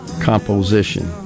composition